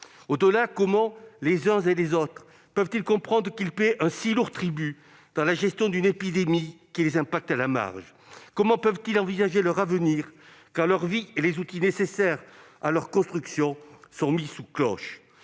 Au-delà, comment les uns et les autres peuvent-ils comprendre qu'ils paient un si lourd tribut à la gestion d'une épidémie qui ne les affecte qu'à la marge ? Comment peuvent-ils envisager leur avenir, quand leur vie et les outils nécessaires à leur construction sont mis sous cloche ?